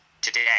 today